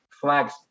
flags